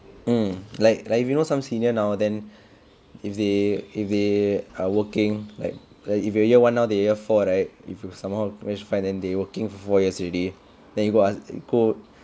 mm like like if you know some senior now then if they if they are working like like if you are year one now they year four right if you somehow manage to find them then they working for years already then you go ask go